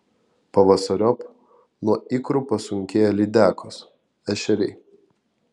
pavasariop nuo ikrų pasunkėja lydekos ešeriai